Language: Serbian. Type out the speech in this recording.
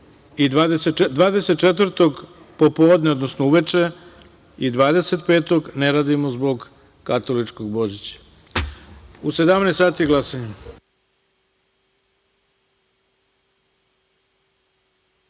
24. popodne, odnosno uveče i 25. ne radimo zbog katoličkog Božića.U 17,00 časova